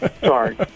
sorry